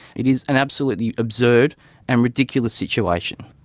it is an absolutely absurd and ridiculous situation.